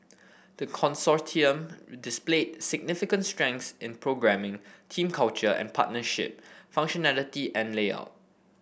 the Consortium displayed significant strengths in programming team culture and partnership functionality and layout